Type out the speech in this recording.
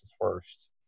first